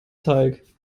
teig